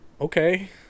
okay